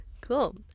Cool